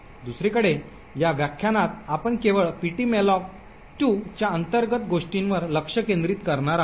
दुसरीकडे या व्याख्यानात आपण केवळ ptmalloc2 च्या अंतर्गत गोष्टींवर लक्ष केंद्रित करणार आहोत